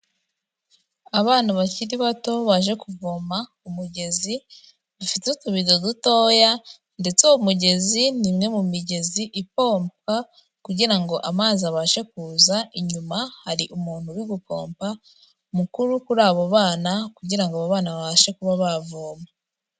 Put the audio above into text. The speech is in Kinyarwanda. Abana bakiri bato baje kuvoma ku mugezi, dufite utubido dutoya ndetse umugezi ni imwe mu migezi ipompa kugirango amazi abashe kuza, inyuma hari umuntu uri gupompa mukuru kuri abo bana, kugira ngo abo bana babashe kuba bavoma.